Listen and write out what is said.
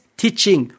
teaching